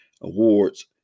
awards